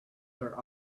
their